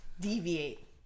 deviate